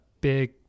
big